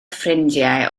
ffrindiau